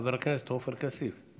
חבר הכנסת עופר כסיף.